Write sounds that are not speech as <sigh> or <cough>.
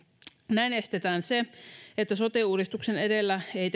näin estetään se että sote uudistuksen edellä ei <unintelligible>